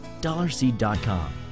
Dollarseed.com